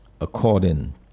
according